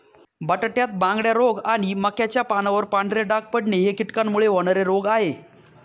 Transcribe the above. बटाट्यात बांगड्या रोग आणि मक्याच्या पानावर पांढरे डाग पडणे हे कीटकांमुळे होणारे रोग आहे